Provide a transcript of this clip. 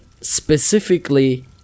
specifically